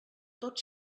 tot